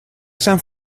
san